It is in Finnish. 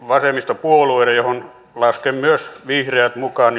vasemmistopuolueiden joihin lasken myös vihreät mukaan